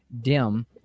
dim